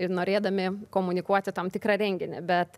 ir norėdami komunikuoti tam tikrą renginį bet